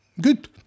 good